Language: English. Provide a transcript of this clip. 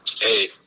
hey